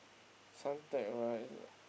Suntec right